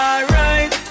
Alright